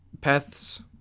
paths